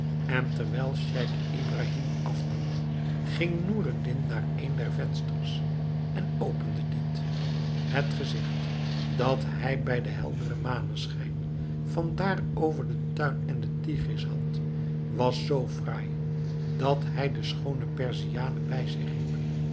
en terwijl scheich ibrahim afnam ging noureddin naar een der vensters en opende dit het gezigt dat hij bij den helderen maneschijn van daar over den tuin en den tigris had was zoo fraai dat hij de schoone perziane bij zich